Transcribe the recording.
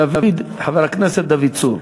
חבר הכנסת דוד צור.